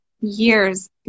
years